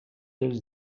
els